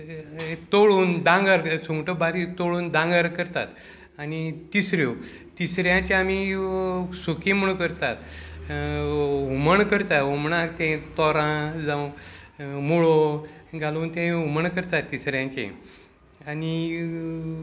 तोळून दांगर सुंगटो बारीक तोळून दांगर करतात आनी तिसऱ्यो तिसऱ्यांचे आमी सुकी म्हणून करतात हुमण करतात हुमणाक तें तोरां जावं मुळो घालून तें हुमण करतात तिसऱ्यांचें आनी